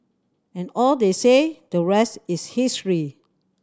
and all they say the rest is history